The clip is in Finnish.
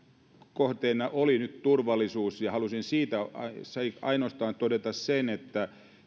kohteenanne oli nyt turvallisuus ja halusin siitä ainoastaan todeta sen että